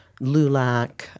LULAC